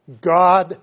God